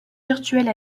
virtuels